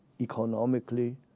Economically